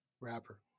Rapper